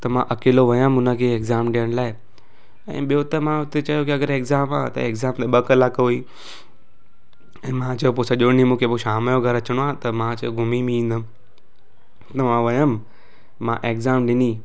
त मां अकेलो वियुमि उन खे एग्ज़ाम ॾियण लाइ ऐं ॿियो त मां हुते चयो की अगरि एग्ज़ाम आहे त एग्ज़ाम में ॿ कलाक हुई ऐं मां चयो पोइ सॼो ॾींहुं मूंखे पोइ शाम जो घरु अचिणो आहे त मां चयो घुमी बि ईंदुमि त मां वियुमि मां एग्ज़ाम ॾिनी